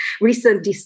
recent